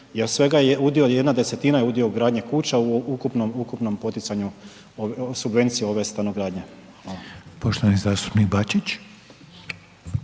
jer svega je udio jedna desetina je udio gradnje kuća u ukupnom poticanju subvencije ove stanogradnje. **Reiner,